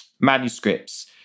manuscripts